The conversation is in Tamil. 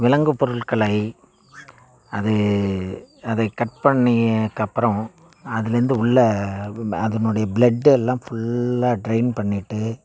விலங்குப் பொருள்களை அது அதைக் கட் பண்ணியதுக்கப்பறம் அதுலேருந்து உள்ளே அதனுடைய ப்ளெட் எல்லாம் ஃபுல்லாக ட்ரெயின் பண்ணிவிட்டு